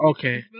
Okay